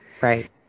right